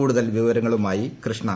കൂടുതൽ വിവരങ്ങളുമായി കൃഷ്ണ്